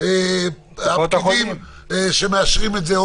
הפקידים שמאשרים את זה?